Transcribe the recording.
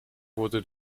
wurde